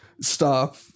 stop